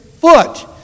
foot